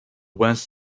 west